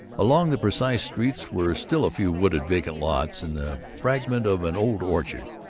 along the precise streets were still a few wooded vacant lots, and the fragment of an old orchard.